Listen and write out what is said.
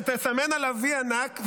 תסמן עליו וי ענק,